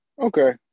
Okay